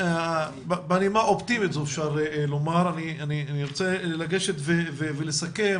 בנימה אופטימית זו, אני ארצה לגשת ולסכם.